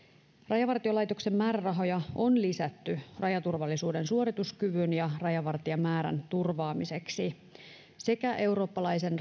rajavartiolaitoksen määrärahoja on lisätty rajaturvallisuuden suorituskyvyn ja rajavartijamäärän turvaamiseksi sekä eurooppalaisen